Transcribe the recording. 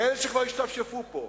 כאלה שכבר השתפשפו פה,